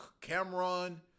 Cameron